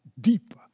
deeper